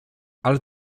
ale